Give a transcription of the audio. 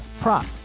prop